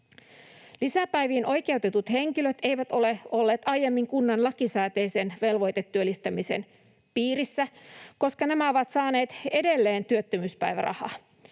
Lisäpäiviin oikeutetut henkilöt eivät ole olleet aiemmin kunnan lakisääteisen velvoitetyöllistämisen piirissä, koska nämä ovat saaneet edelleen työttömyyspäivärahaa.